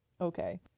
Okay